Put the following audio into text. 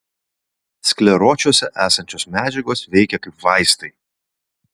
skleročiuose esančios medžiagos veikia kaip vaistai